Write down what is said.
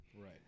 Right